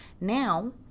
Now